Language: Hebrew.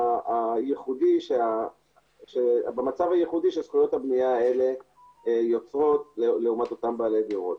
הייחודי שזכויות הבנייה האלה יוצרות לעומת אותם בעלי דירות.